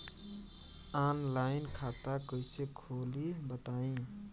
Online खाता कइसे खोली बताई?